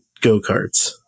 go-karts